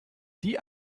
die